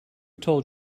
told